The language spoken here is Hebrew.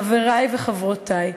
חברי וחברותי,